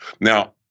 Now